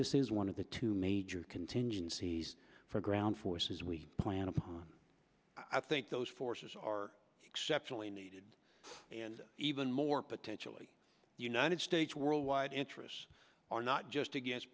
this is one of the two major contingencies for ground forces we plan upon i think those forces are exceptionally needed and even more potentially united states world wide interests are not just a